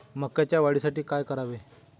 मकाच्या वाढीसाठी काय करावे?